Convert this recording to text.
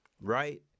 right